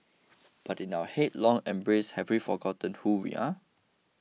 but in our headlong embrace have we forgotten who we are